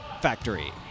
factory